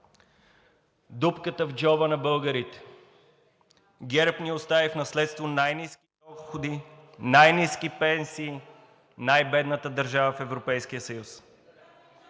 Дупката в джоба на българите. ГЕРБ ни остави в наследство най-ниски доходи, най-ниски пенсии, най-бедната държава в Европейския съюз.